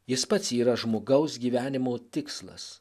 jis pats yra žmogaus gyvenimo tikslas